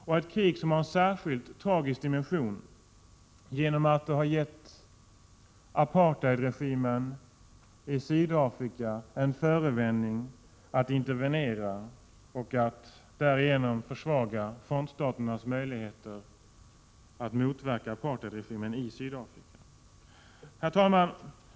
Det är ett krig som har en särskilt tragisk dimension genom att det har gett apartheidregimen i Sydafrika en förevändning att intervenera och att därigenom försvaga frontstaternas möjligheter att motverka apartheidregimen i Sydafrika. Herr talman!